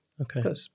Okay